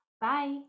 Bye